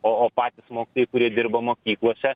o o patys mokytojai kurie dirba mokyklose